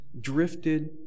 drifted